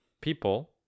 people